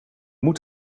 moet